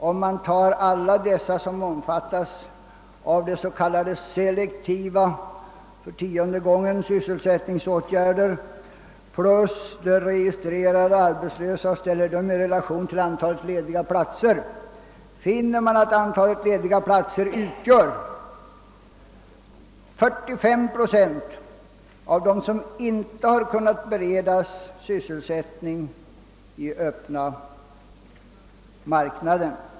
Om man ställer alla dem som omfattas av s.k. selektiva för tionde gången! — sysselsättningsåtgärder samt de registrerade arbetslösa i relation till antalet lediga platser finner man att dessa uppgår till 45 procent av dem som inte kunnat beredas sysselsättning i den öppna marknaden.